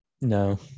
no